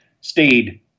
stayed